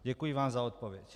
Děkuji vám za odpověď.